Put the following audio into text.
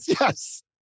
yes